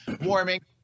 warming